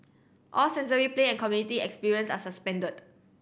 all sensory play and community experience are suspended